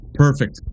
Perfect